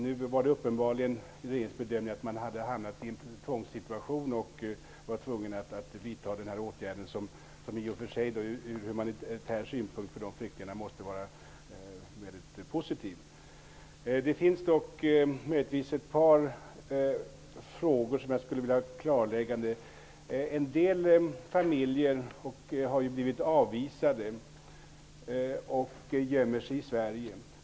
Nu var det uppenbarligen regeringens bedömning att man hade hamnat i en tvångssituation och att man måste vidta den här åtgärden, som från humanitär synpunkt i och för sig måste vara mycket positiv för de flyktingarna. Det finns dock ett par frågor som jag skulle vilja ha ett klarläggande av. En del familjer har blivit avvisade och gömmer sig i Sverige.